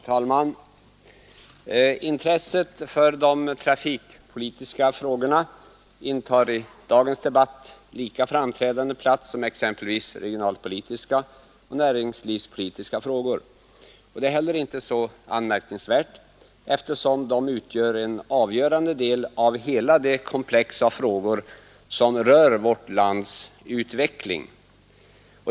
Herr talman! Intresset för de trafikpolitiska frågorna är i dagens debatt lika framträdande som intresset för exempelvis regionalpolitiska och näringspolitiska frågor. Det är heller inte så anmärkningsvärt, eftersom de utgör en avgörande del i hela det komplex av frågor som rör vårt lands utveckling.